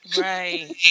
Right